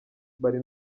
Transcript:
bari